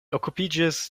okupiĝis